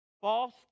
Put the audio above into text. false